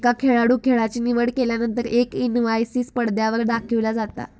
एका खेळाडूं खेळाची निवड केल्यानंतर एक इनवाईस पडद्यावर दाखविला जाता